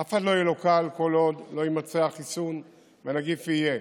לאף אחד לא יהיה קל כל עוד לא יימצא החיסון והנגיף יהיה.